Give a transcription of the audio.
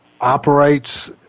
operates